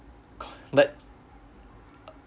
let